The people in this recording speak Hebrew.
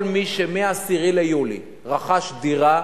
כל מי שמה-10 ביולי רכש דירה,